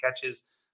catches